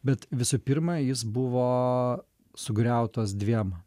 bet visų pirma jis buvo sugriautas dviem